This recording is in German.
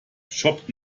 jobbt